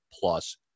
plus